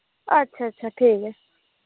अच्छ अच्छा ठीक ऐ